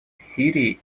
сирии